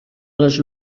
les